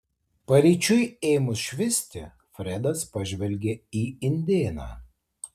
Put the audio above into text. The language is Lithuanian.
paryčiui ėmus švisti fredas pažvelgė į indėną